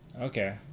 okay